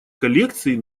коллекций